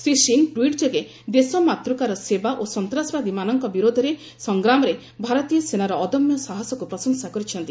Shri Singh tweet କରି କହିଛନ୍ତି ଦେଶମାତ୍କାର ସେବା ଓ ସନ୍ତାସବାଦୀମାନଙ୍କ ବିରୋଧରେ ସଂଗ୍ରାମରେ ଭାରତୀୟ ସେନାର ଅଦମ୍ୟ ସାହସକୁ ପ୍ରଶଂସା କରିଛନ୍ତି